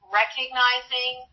recognizing